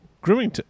grooming